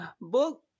book